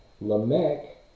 Lamech